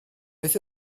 beth